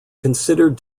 considered